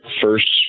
first